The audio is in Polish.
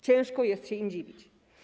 Ciężko jest się im dziwić.